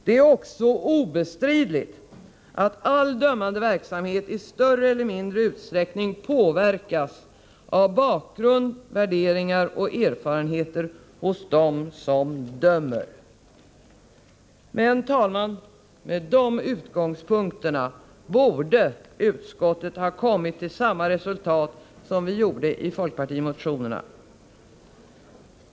Det är också obestridligt att all dömande verksamhet i större eller mindre utsträckning påverkas av bakgrund, värderingar och erfarenheter hos dem som dömer. Men, herr talman, med de utgångspunkterna borde utskottet ha kommit till samma resultat som vi gjorde i folkpartimotionerna.